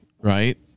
right